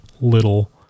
little